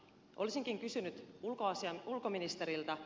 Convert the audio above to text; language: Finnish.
olisinkin kysynyt ulkoministeriltä